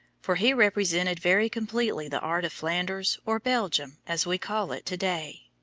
for he represented very completely the art of flanders or belgium, as we call it to-day.